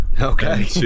Okay